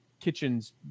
kitchens